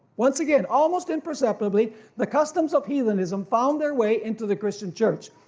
once again. almost imperceptibly the customs of heathenism found their way into the christian church.